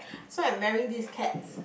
so I'm wearing this Keds